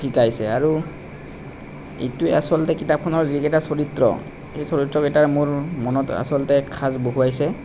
শিকাইছে আৰু এইটোৱে আচলতে কিতাপখনৰ যিকেইটা চৰিত্ৰ এই চৰিত্ৰকেইটাৰ মোৰ মনত আচলতে সাঁচ বহুৱাইছে